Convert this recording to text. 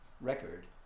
record